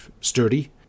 sturdy